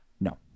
No